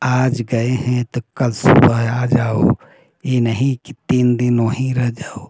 आज गए हैं तो कल सुबह आ जाओ ये नहीं कि तीन दिन वहीं रह जाओ